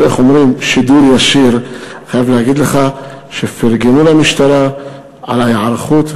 אבל בשידור ישיר אני חייב להגיד לך שפרגנו למשטרה על ההיערכות,